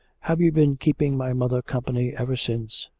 have you been keeping my mother company ever since?